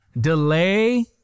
Delay